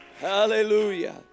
Hallelujah